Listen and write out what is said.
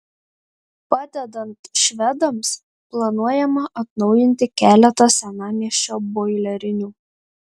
padedant švedams planuojama atnaujinti keletą senamiesčio boilerinių